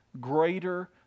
greater